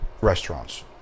restaurants